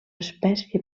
espècie